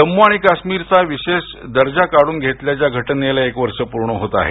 जम्मू आणि काश्मीरचा विशेष दर्जा काढून घेतल्याच्या घटनेला एक वर्ष पूर्ण होत आहे